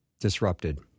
disrupted